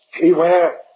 Beware